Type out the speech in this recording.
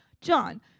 John